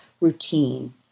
routine